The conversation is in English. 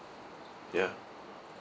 ya